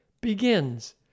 begins